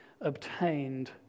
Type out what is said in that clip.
obtained